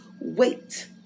Wait